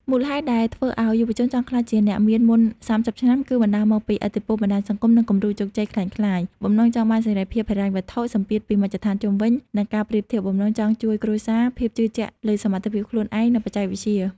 មូលហេតុដែលធ្វើឲ្យយុវជនចង់ក្លាយជាអ្នកមានមុន ៣០ ឆ្នាំគឺបណ្ដាលមកពី ឥទ្ធិពលបណ្តាញសង្គម និងគំរូជោគជ័យក្លែងក្លាយ បំណងចង់បានសេរីភាពហិរញ្ញវត្ថុ សម្ពាធពីមជ្ឈដ្ឋានជុំវិញ និងការប្រៀបធៀប បំណងចង់ជួយគ្រួសារ ភាពជឿជាក់លើសមត្ថភាពខ្លួនឯង និងបច្ចេកវិទ្យា។